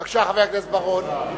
בבקשה, חבר הכנסת בר-און.